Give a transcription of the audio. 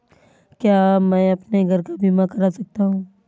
क्या मैं अपने घर का बीमा करा सकता हूँ?